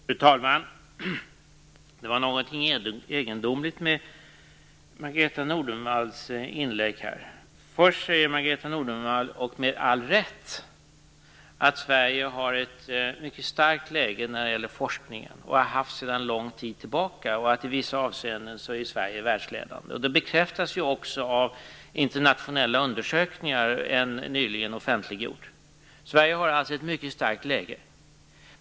Fru talman! Det var någonting egendomligt med Margareta Nordenvalls inlägg här. Först säger hon, med all rätt, att Sverige har ett mycket starkt läge när det gäller forskningen och har haft det sedan lång tid tillbaka och att Sverige i vissa avseenden är världsledande. Det bekräftas också av en nyligen offentliggjord internationell undersökning. Sverige har alltså ett mycket starkt läge.